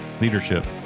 leadership